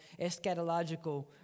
eschatological